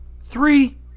Three